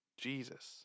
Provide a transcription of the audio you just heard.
Jesus